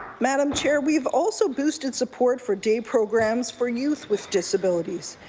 madam chair, we've also boosted support for day programs for youth with disabilities.